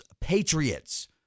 Patriots